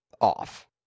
off